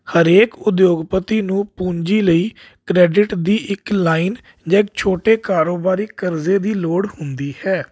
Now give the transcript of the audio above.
ਹਰੇਕ ਉਦਯੋਗਪਤੀ ਨੂੰ ਪੂੰਜੀ ਲਈ ਕ੍ਰੈਡਿਟ ਦੀ ਇੱਕ ਲਾਈਨ ਜਾਂ ਇੱਕ ਛੋਟੇ ਕਾਰੋਬਾਰੀ ਕਰਜ਼ੇ ਦੀ ਲੋੜ ਹੁੰਦੀ ਹੈ